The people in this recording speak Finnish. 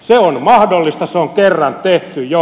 se on mahdollista se on kerran tehty jo